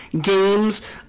games